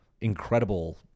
incredible